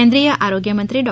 કેન્દ્રીય આરોગ્યમંત્રી ડૉ